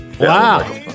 Wow